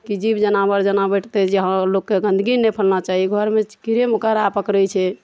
कि जीब जनावर जेना बैसतै जे हँ लोकके गन्दगी नहि फैलेबाक चाही घरमे कीड़े मकोड़ा पकड़ै छै